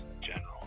general